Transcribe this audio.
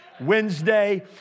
Wednesday